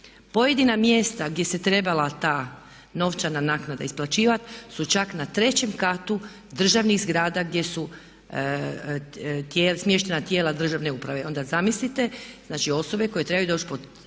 pojedina mjesta gdje se trebala ta novčana naknada isplaćivati su čak na trećem katu državnih zgrada gdje su smještena tijela državne uprave. Onda zamislite, znači osobe koje trebaju doći po